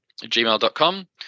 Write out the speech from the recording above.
gmail.com